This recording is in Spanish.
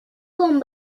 con